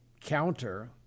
counter